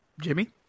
Jimmy